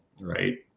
right